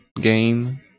game